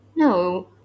No